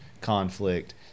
conflict